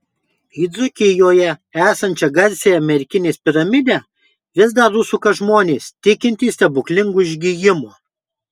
į dzūkijoje esančią garsiąją merkinės piramidę vis dar užsuka žmonės tikintys stebuklingu išgijimu